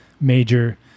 major